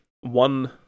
one